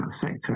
sector